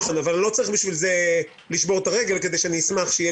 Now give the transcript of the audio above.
אבל לא צריך בשביל זה לשבור את הרגל כדי שאני אשמח שיהיו